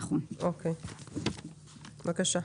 בבקשה.